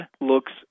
looks